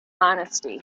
honesty